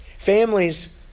Families